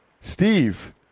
Steve